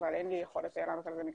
אבל אין לי יכול לענות על זה מקצועית.